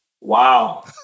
Wow